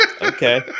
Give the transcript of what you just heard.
Okay